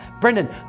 Brendan